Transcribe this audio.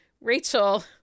Rachel